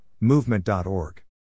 movement.org